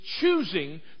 choosing